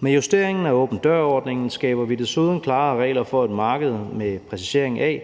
Med justeringen af åben dør-ordningen skaber vi desuden klarere regler for markedet med præciseringen af,